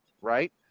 right